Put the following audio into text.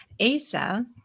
ASA